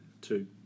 Two